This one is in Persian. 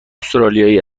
استرالیایی